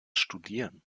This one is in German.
studieren